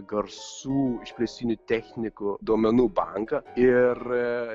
garsų išplėstinių technikų duomenų banką ir